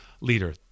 leader